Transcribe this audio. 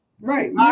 Right